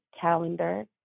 calendar